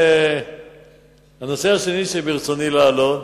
הנושא השני שברצוני להעלות